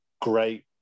great